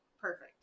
Perfect